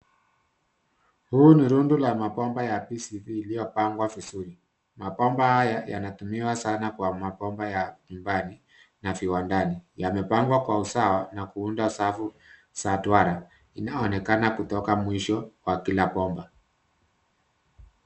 Huu ni rundu la mabomba ya PCV ilio pangwa vizuri. Mabomba haya yanatumiwa sana kwa mabomba ya nyumbani na viwandani. Yamepangwa kwa usawa na kuunda safu za duara. Inaonekana kutoka mwisho kwa kila bomba.